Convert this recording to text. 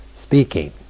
speaking